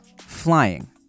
flying